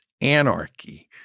anarchy